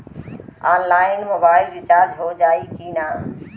Online mobile recharge हो जाई की ना हो?